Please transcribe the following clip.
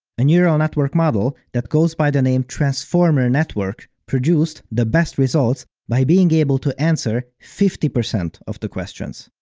a neural network model that goes by the name transformer network produced the best results by being able to answer fifty percent of the questions.